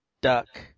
duck